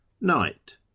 Night